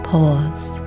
Pause